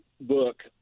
book